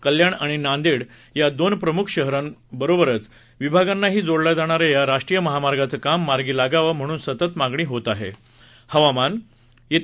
कल्याण आणि नांदेड या दोन प्रमुख शहरांबरोबरच विभागांनाही जोडल्या जाणा या या राष्ट्रीय महामार्गाचे काम मार्गी लागावं म्हणून सतत मागणी होत होती